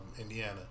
Indiana